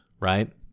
right